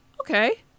okay